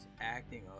acting